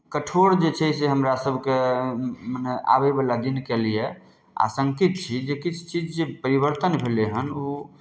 कठोर जे छै से हमरासभके मने आबयवला दिनके लिए आशंकित छी जे किछु चीज जे परिवर्तन भेलै हन ओ